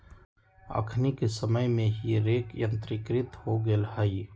अखनि के समय में हे रेक यंत्रीकृत हो गेल हइ